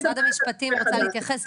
משרד המפשטים רוצה להתייחס,